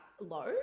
low